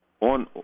on